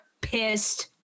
pissed